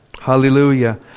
Hallelujah